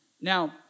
Now